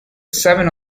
seven